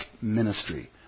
ministry